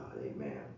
Amen